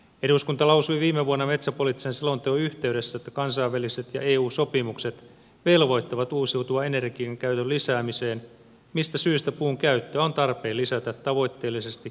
eduskunta lausui viime vuonna metsäpoliittisen selonteon yhteydessä että kansainväliset ja eu sopimukset velvoittavat uusiutuvan energian käytön lisäämiseen mistä syystä puun käyttöä on tarpeen lisätä tavoitteellisesti energiapolitiikalla